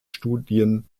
studien